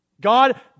God